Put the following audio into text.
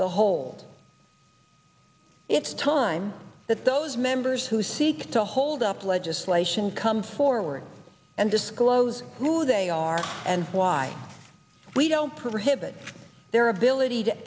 the whole it's time that those members who seek to hold up legislation come forward and disclose who they are and why we don't prohibit their ability to